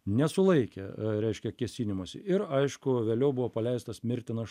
nesulaikė reiškia kėsinimosi ir aišku vėliau buvo paleistas mirtinas